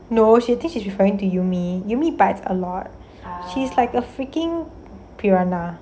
no she thinks she is referring to yumi yumi bites a lot she is like a freaking piranha